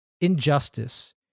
injustice